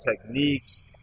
techniques